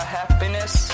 happiness